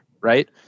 right